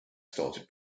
started